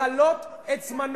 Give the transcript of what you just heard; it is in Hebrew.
כשיושבת-ראש האופוזיציה עלתה.